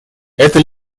это